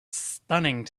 stunning